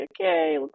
okay